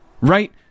right